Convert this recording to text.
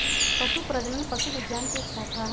पशु प्रजनन पशु विज्ञान के एक शाखा हई